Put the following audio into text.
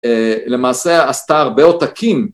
למעשה עשתה הרבה עותקים